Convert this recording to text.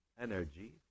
energy